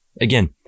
Again